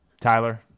tyler